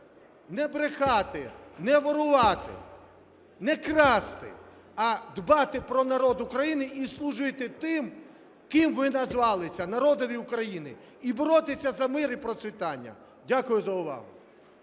не брехати, не воровать, не красти, а дбати про народ України і служити тим, ким ви назвалися, – народові України, і боротися за мир і процвітання. Дякую за увагу.